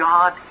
God